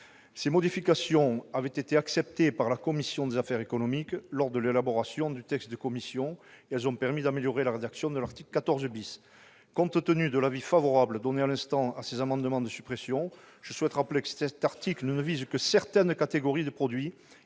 Ces modifications, qui avaient été acceptées par la commission des affaires économiques lors de l'élaboration du texte de la commission, ont permis d'améliorer la rédaction de l'article 14 Compte tenu de l'avis favorable émis à l'instant sur ces amendements de suppression, je souhaite rappeler que cet article ne vise que certaines catégories de produits